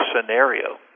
scenario